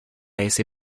ese